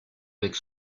avec